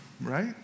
right